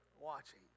Watching